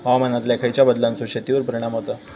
हवामानातल्या खयच्या बदलांचो शेतीवर परिणाम होता?